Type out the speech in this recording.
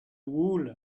wool